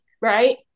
right